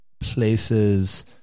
places